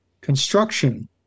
construction